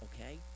okay